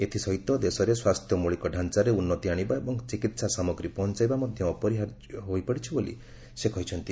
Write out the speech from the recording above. ଏଥିସହିତ ଦେଶରେ ସ୍ୱାସ୍ଥ୍ୟ ମୌଳିକ ଡ଼ାଞ୍ଚାରେ ଉନ୍ନତି ଆଣିବା ଏବଂ ଚିକିତ୍ସା ସାମଗ୍ରୀ ପହଞ୍ଚାଇବା ମଧ୍ୟ ଅପରିହାର୍ଯ୍ୟ ହୋଇପଡ଼ିଛି ବୋଲି ସେ କହିଛନ୍ତି